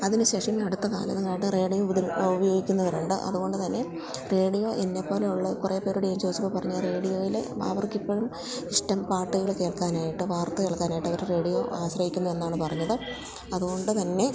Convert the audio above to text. അതിനുശേഷം ഈയടുത്ത കാലങ്ങളിലായിട്ട് റേഡിയോ ഇവിടെ ഉപയോഗിക്കുന്നവരുണ്ട് അതുകൊണ്ട് തന്നെ റേഡിയോ എന്നെപോലെയുള്ള കുറെ പേരോട് ഞാന് ചോദിച്ചപ്പോള് പറഞ്ഞത് റേഡിയോയില് അവർക്കിപ്പോഴും ഇഷ്ടം പാട്ടുകള് കേൾക്കാനായിട്ട് വാർത്തകൾ കേള്ക്കാനായിട്ട് അവർ റേഡിയോയെ ആശ്രയിക്കുന്നുവെന്നാണ് പറഞ്ഞത് അതുകൊണ്ട് തന്നെ